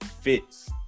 fits